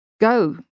Go